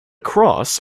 cross